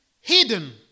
hidden